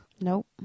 Nope